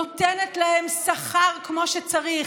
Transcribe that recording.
נותנת להם שכר כמו שצריך,